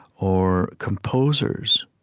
or composers,